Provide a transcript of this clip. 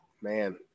man